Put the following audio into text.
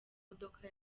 modoka